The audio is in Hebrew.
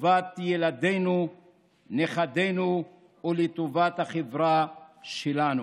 לטובת ילדינו ונכדינו ולטובת החברה שלנו.